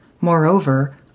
Moreover